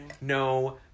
no